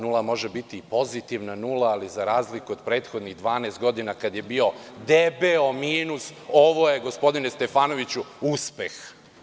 Nula može biti pozitivna nula, ali za razliku od prethodnih 12 godina kada je bio debeo minus, ovo je, gospodine Stefanoviću uspeh.